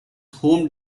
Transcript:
home